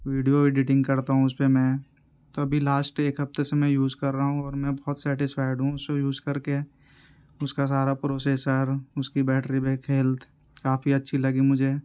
video editing کرتا ہوں اس پہ میں تو ابھی لاسٹ ایک ہفتے سے میں یوز کر رہا ہوں اور میں بہت سیٹسفائیڈ ہوں اس کو یوز کر کے اس کا سارا پروسیسر اس کی بیٹری بیک ہیلتھ کافی اچھی لگی مجھے